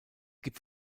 gibt